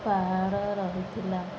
ପାହାଡ଼ ରହିଥିଲା